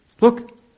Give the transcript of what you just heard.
look